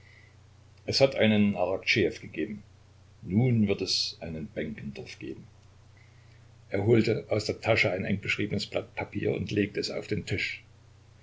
es hat einen araktschejew gegeben nun wird es einen benkendorf geben er holte aus der tasche ein engbeschriebenes blatt papier und legte es auf den tisch